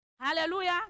Hallelujah